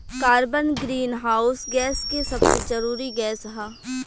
carbon greenhouse gas के सबसे जरूरी गैस ह